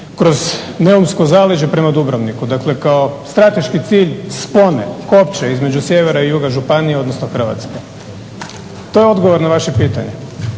kroz Neumsko zaleđe prema Dubrovniku. Dakle kao strateški cilj spone, kopče između sjevera i juga županije, odnosno Hrvatske. To je odgovor na vaše pitanje.